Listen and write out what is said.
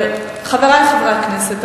חברי חברי הכנסת,